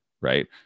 right